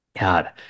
God